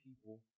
people